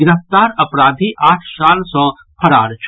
गिरफ्तार अपराधी आठ साल सँ फरार छल